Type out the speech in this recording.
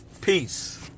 Peace